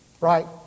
Right